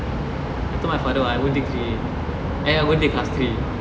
I told my father I won't take three a eh I won't take class three